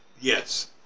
Yes